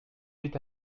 huit